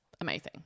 amazing